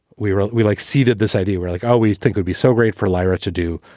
we were we like seeded this idea. we're like, oh, we think would be so great for lyra to do.